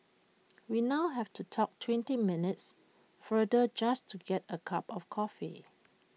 we now have to talk twenty minutes farther just to get A cup of coffee